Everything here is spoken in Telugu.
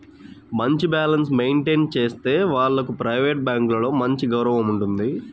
మంచి బ్యాలెన్స్ మెయింటేన్ చేసే వాళ్లకు ప్రైవేట్ బ్యాంకులలో మంచి గౌరవం ఉంటుంది